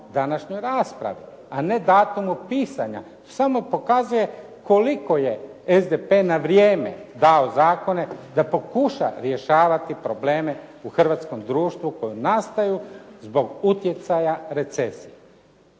se ne razumije./… pisanja samo pokazuje koliko je SDP na vrijeme dao zakone da pokuša rješavati probleme u hrvatskom društvu koji nastaju zbog utjecaja recesije.